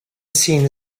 seen